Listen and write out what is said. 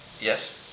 Yes